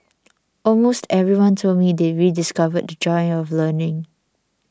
almost everyone told me they rediscovered the joy of learning